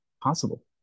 possible